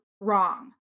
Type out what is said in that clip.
wrong